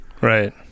right